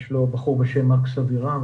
יש לו עובד בשם מקס אבירם,